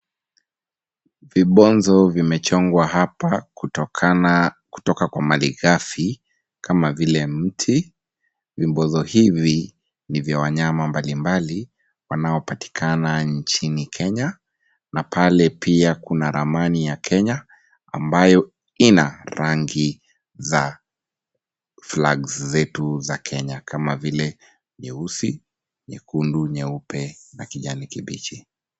Vibonzo vimechongwa hapa kutoka kwa mali ghafi kama vile mti. Vibonzo hivi ni vya wanyama mbalimbali wanaopatikana nchini Kenya, na pale pia kuna ramani ya Kenya ambayo ina rangi za flags zetu za Kenya kama vile nyeusi, nyekundu, nyeupe na kijani kibichi.